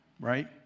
right